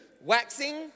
waxing